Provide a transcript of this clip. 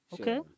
Okay